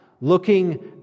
looking